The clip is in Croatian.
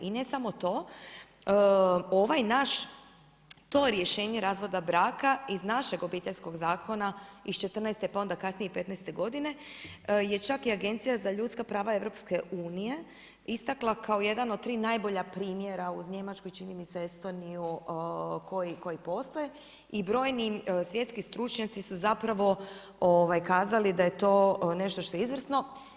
I ne samo to, ovaj naš, to rješenje razvoda braka iz našeg Obiteljskog zakona iz '14.-te pa onda kasnije i '15.-te godine je čak i Agencija za ljudska prava EU istakla kao jedan od tri najbolja primjera uz Njemačku i čini mi se Estoniju koji postoje i brojni svjetski stručnjaci su zapravo kazali da je to nešto što je izvrsno.